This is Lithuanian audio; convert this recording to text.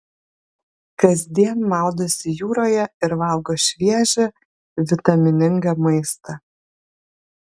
kasdien maudosi jūroje ir valgo šviežią vitaminingą maistą